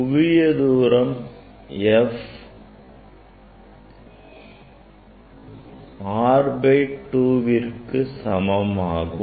குவியத் தூரம் f R by 2வற்கு சமமாகும்